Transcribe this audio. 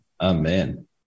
Amen